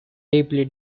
deeply